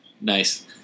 nice